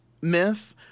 myth